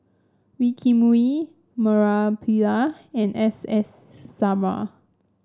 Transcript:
Wee Kim Wee Murali Pillai and S S Sarma